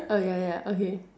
oh ya ya okay